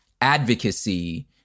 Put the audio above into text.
advocacy